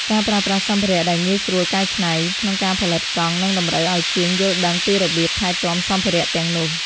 ការប្រើប្រាស់សម្ភារៈដែលងាយស្រួលកែច្នៃ ក្នុងការផលិតកង់ នឹងតម្រូវឱ្យជាងយល់ដឹងពីរបៀបថែទាំសម្ភារៈទាំងនោះ។